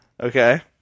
Okay